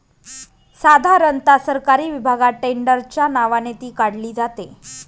साधारणता सरकारी विभागात टेंडरच्या नावाने ती काढली जाते